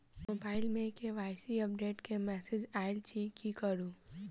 Mobile मे KYC update केँ message आइल अछि की करू?